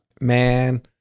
Man